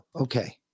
okay